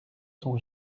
son